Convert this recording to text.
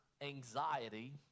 anxiety